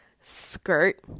skirt